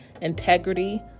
integrity